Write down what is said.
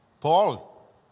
Paul